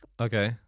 Okay